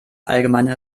allgemeine